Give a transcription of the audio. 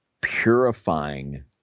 purifying